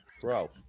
Bro